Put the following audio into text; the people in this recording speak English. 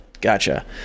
gotcha